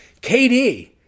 KD